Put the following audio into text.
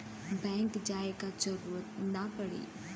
bank जाये क जरूरत ना पड़ी